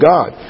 God